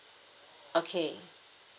okay